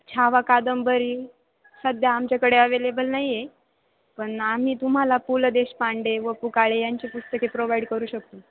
छावा कादंबरी सध्या आमच्याकडे अवेलेबल नाही आहे पण आम्ही तुम्हाला पु ल देशपांडे व पु काळे यांची पुस्तके प्रोव्हाईड करू शकतो